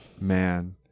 Man